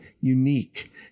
unique